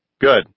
Good